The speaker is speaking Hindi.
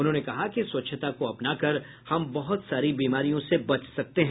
उन्होंने कहा कि स्वच्छता को अपनाकर हम बहुत सारी बीमारियों से बच सकते हैं